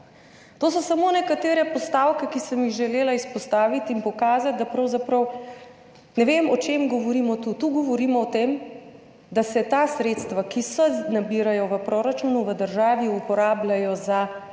To so samo nekatere postavke, ki sem jih želela izpostaviti in pokazati, da pravzaprav ne vem, o čem govorimo. Tu govorimo o tem, da se ta sredstva, ki se nabirajo v proračunu, v državi uporabljajo za boljše